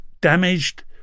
damaged